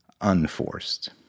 unforced